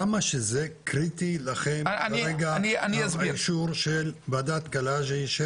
כמה שזה קריטי לכם כרגע האישור של ועדת קלעג'י,